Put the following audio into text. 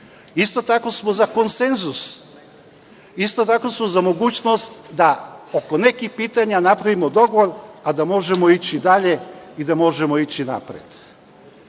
Isto tako smo za konsenzus. Isto tako smo za mogućnost da oko nekih pitanja napravimo dogovora, a da možemo ići dalje i da možemo ići napred. Rekao